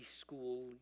School